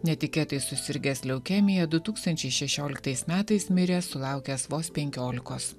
netikėtai susirgęs leukemija du tūkstančiai šešioliktais metais mirė sulaukęs vos penkiolikos